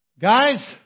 Guys